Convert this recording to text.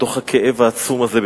בתוך הכאב העצום הזה,